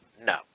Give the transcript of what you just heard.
no